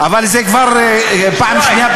אבל זו כבר פעם שנייה,